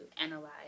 analyze